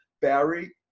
Barry